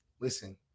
Listen